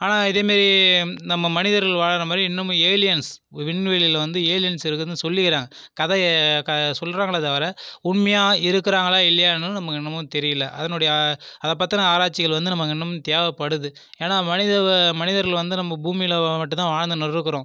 ஆனால் இதே மாரி நம்ம மனிதர்கள் வாழுற மாதிரி இன்னுமும் ஏலியன்ஸ் விண்வெளியில் வந்து ஏலியன்ஸ் இருக்குதுன்னு சொல்லிக்கிறாங்க கதையா சொல்கிறாங்களே தவிர உண்மையா இருக்கிறாங்களா இல்லையான்னும் நமக்கு இன்னுமும் தெரியல அதனுடைய அதை பற்றின ஆராய்ச்சிகள் வந்து நமக்கு இன்னமும் தேவைப்படுது ஏன்னா மனித மனிதர்கள் வந்து நம்ம பூமியில் மட்டுந்தான் வாழ்ந்துன்னு இருக்கிறோம்